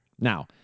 Now